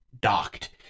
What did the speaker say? docked